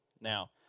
now